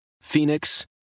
Phoenix